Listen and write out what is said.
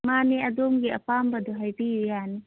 ꯃꯥꯅꯦ ꯑꯗꯣꯝꯒꯤ ꯑꯄꯥꯝꯕꯗꯣ ꯍꯥꯏꯕꯤꯌꯨ ꯌꯥꯅꯤ